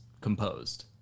composed